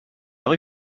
rue